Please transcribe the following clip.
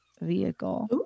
Vehicle